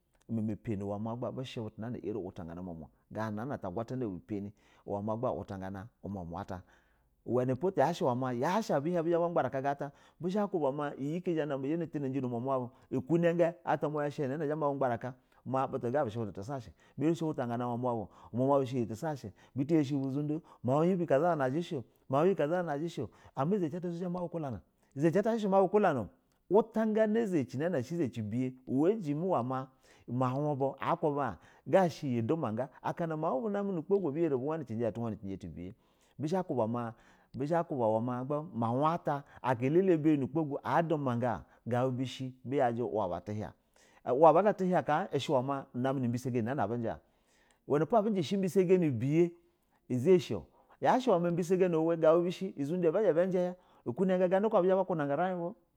Umama pani uwɛ ma bushɛ butu na yarɛ wuta gana uma ma ganana ta agwatana ubu pani ganana ma uwuta gana umamu ata, wɛnɛpo yashɛ a bu zha ba gbara ka gana ata iyi ika zhano tanaji nu mumo bu ukna ga atwama zhesha awo ra zha mabu gba raka butu ga shɛ butu tu sashɛ bɛ irɛ shɛ uwuta gana umomi bu butu yi shɛ butu tisashɛ butu yɛ shɛ bu zudo mau yibɛ kazabana zhɛ zhɛ shɛ o mau yibɛ kazabana zhɛ shɛ o ama zacɛ ata shɛ ba bu kulana o umtaa gana uzaci ubɛya uwama a mau mubu wama akubi a ashɛ iyɛ uduma, ga mau bu namɛ nu ugbo gu abuwani cijɛ an tu wanacinjɛ tu biyɛ bizhɛ ba kuba wama, bizhɛ kuba. We ma mau ata abanɛ nu ugbo gu a dumaga in tu duma ga tubiyɛ ga bu da uwaba ata zha ma bu hia uwaba ata, wala ata tihan ka namɛ nu bisa gani na a bujɛ hin, wɛno po abu jɛshɛ ubɛ sagani ubɛ ya uza ashɛ o yashɛ gabu bishɛ zunda abazha banda ukuna ga urin yi bu.